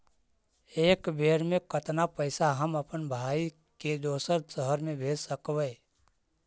एक बेर मे कतना पैसा हम अपन भाइ के दोसर शहर मे भेज सकबै?